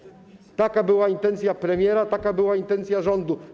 Taka była intencja premiera, taka była intencja rządu.